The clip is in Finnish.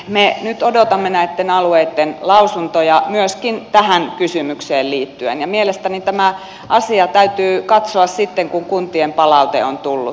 me nyt odotamme näitten alueitten lausuntoja myöskin tähän kysymykseen liittyen ja mielestäni tämä asia täytyy katsoa sitten kun kuntien palaute on tullut